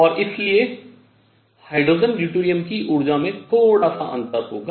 और इसलिए hydrogen deuterium की ऊर्जा में थोड़ा सा अंतर होगा